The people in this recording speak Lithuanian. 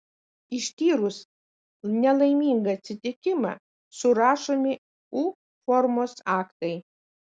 ištyrus nelaimingą atsitikimą surašomi u formos aktai